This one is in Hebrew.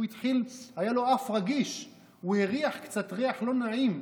היה לו אף רגיש והוא הריח ריח קצת לא נעים,